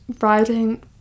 writing